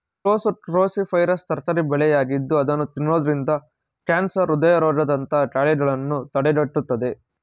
ಕೋಸು ಕ್ರೋಸಿಫೆರಸ್ ತರಕಾರಿ ಬೆಳೆಯಾಗಿದ್ದು ಅದನ್ನು ತಿನ್ನೋದ್ರಿಂದ ಕ್ಯಾನ್ಸರ್, ಹೃದಯ ರೋಗದಂತಹ ಕಾಯಿಲೆಗಳನ್ನು ತಡೆಗಟ್ಟುತ್ತದೆ